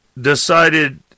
decided